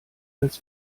als